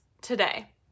today